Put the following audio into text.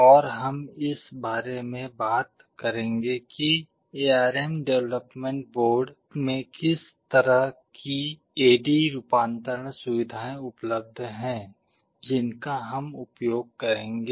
और हम इस बारे में बात करेंगे कि एआरएम डेवलपमेंट बोर्ड में किस तरह की ए डी रूपांतरण सुविधाएं उपलब्ध हैं जिनका हम उपयोग करेंगे